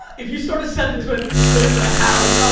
if you start a sentence with there's a house,